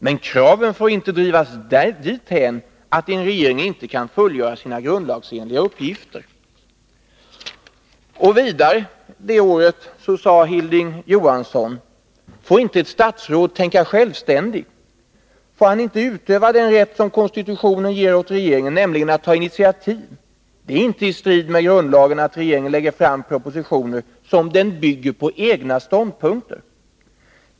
Men kraven får inte drivas dithän att en regering inte kan fullgöra sina grundlagsenliga uppgifter.” ”Får inte ett statsråd tänka självständigt? Får han inte utöva den rätt som konstitutionen ger åt regeringen, nämligen att ta initiativ? Det är inte i strid mot grundlagen att regeringen lägger fram propositioner som den bygger på egna ståndpunkter.